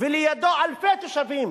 ולידו אלפי תושבים